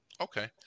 Okay